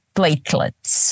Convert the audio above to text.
platelets